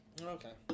Okay